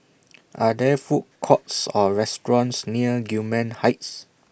Are There Food Courts Or restaurants near Gillman Heights